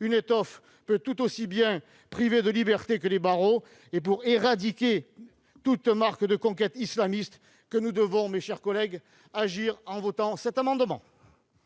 une étoffe peut tout aussi bien priver de liberté que des barreaux -et éradiquer toute marque de conquête islamiste que nous devons, mes chers collègues, agir en votant cet amendement.